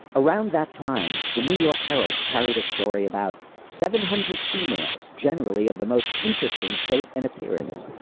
around that time, the new york herald carried a story about seven hundred females, generally of the most interesting state and appearance,